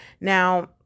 Now